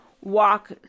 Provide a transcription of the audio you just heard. walk